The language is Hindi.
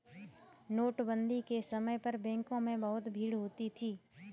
नोटबंदी के समय पर बैंकों में बहुत भीड़ होती थी